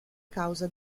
causa